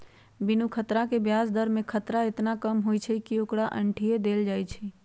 बिनु खतरा के ब्याज दर में खतरा एतना कम होइ छइ कि ओकरा अंठिय देल जाइ छइ